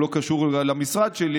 הוא לא קשור למשרד שלי,